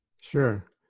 Sure